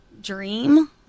dream